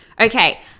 Okay